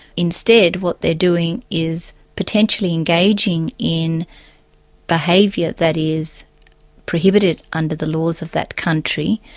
instead, what they're doing is potentially engaging in behaviour that is prohibited under the laws of that country,